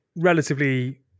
relatively